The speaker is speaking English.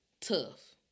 Tough